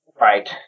Right